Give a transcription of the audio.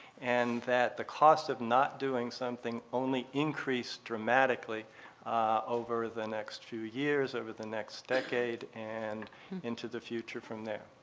and that the cost of not doing something only increase dramatically over the next few years, over the next decade, and into the future from there.